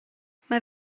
mae